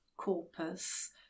corpus